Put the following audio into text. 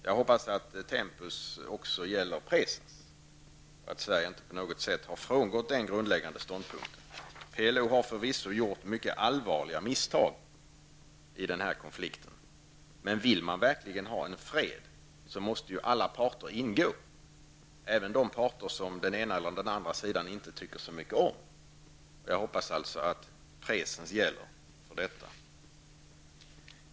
Jag hoppas att denna utsaga också gäller i tempus presens, dvs. att Sverige inte har frångått denna grundläggande ståndpunkt. PLO har förvisso gjort mycket allvarliga misstag i denna konflikt, men om man verkligen vill ha en fred måste alla parter ingå -- även de parter som den ena eller andra sidan inte tycker så mycket om. Jag hoppas alltså att presens gäller för detta uttalande.